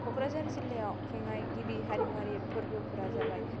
क'क्राझार जिल्लायाव खुंनाय गिबि हारिमुवारि फोरबोफोरा जाबाय